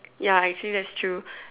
ya actually that's true